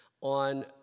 on